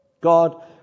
God